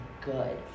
good